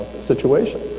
situation